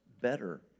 better